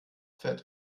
fett